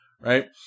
right